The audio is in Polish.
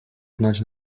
znać